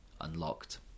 unlocked